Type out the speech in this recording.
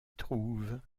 trouve